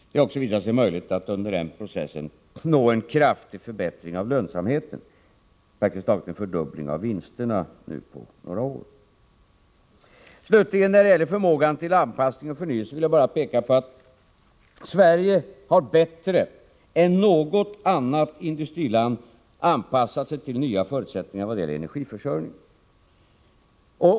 Det har också visat sig möjligt att under denna process nå en kraftig förbättring av lönsamheten, praktiskt taget en fördubbling av vinsterna på några år. När det slutligen gäller förmågan till anpassning och förnyelse vill jag bara peka på att Sverige bättre än något annat industriland har anpassat sig till nya förutsättningar beträffande energiförsörjningen.